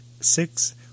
six